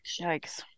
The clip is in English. Yikes